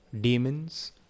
Demons